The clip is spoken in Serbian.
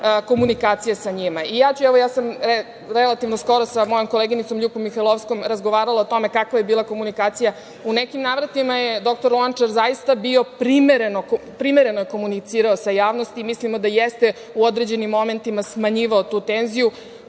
komunikacija sa njima. Ja sam relativno skoro sa koleginicom Ljupkom Mihajlovskom razgovarala o tome kakva je bila komunikacija. U nekim navratima je dr Lončar zaista primereno komunicirao sa javnosti. Mislim da jeste u određenim momentima smanjivao tu tenziju.